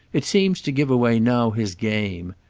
it seems to give away now his game.